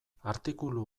artikulu